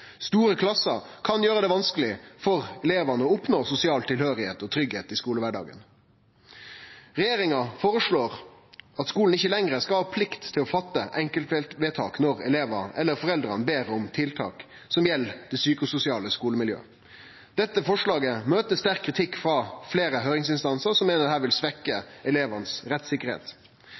Store klassar kan gjere det vanskeleg for elevane å oppnå sosial tilhøyring og tryggleik i skolekvardagen. Regjeringa føreslår at skolen ikkje lenger skal ha plikt til å fatte enkeltvedtak når elevar eller foreldre ber om tiltak som gjeld det psykososiale skolemiljøet. Dette forslaget møter sterk kritikk frå fleire høyringsinstansar, som meiner dette vil